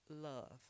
love